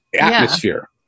atmosphere